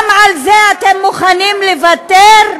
גם על זה אתם מוכנים לוותר?